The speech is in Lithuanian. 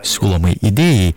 siūlomai idėjai